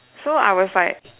so I was like